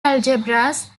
algebras